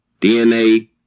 DNA